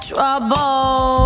Trouble